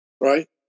Right